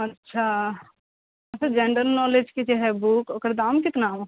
अच्छा general knowledge के जे है बुक ओकर दाम कितना हो